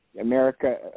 America